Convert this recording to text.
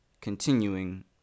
continuing